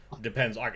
depends